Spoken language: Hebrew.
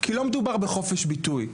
כי לא מדובר בחופש ביטוי.